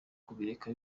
kubireka